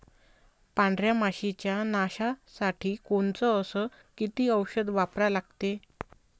पांढऱ्या माशी च्या नाशा साठी कोनचं अस किती औषध वापरा लागते?